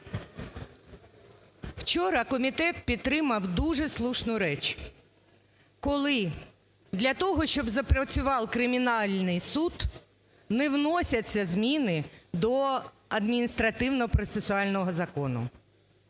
Вчора комітет підтримав дуже слушну річ, коли для того, щоб запрацював кримінальний суд, не вносяться зміни до адміністративно-процесуального закону.